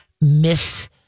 miss